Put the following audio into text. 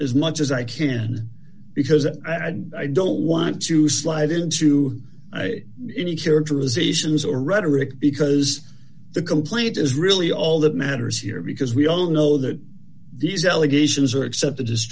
as much as i can because i don't want to slide into any characterizations or rhetoric because the complaint is really all that matters here because we all know that these allegations are accepted